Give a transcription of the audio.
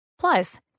Plus